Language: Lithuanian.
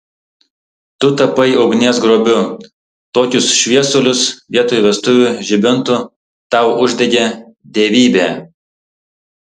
tu tapai ugnies grobiu tokius šviesulius vietoj vestuvių žibintų tau uždegė dievybė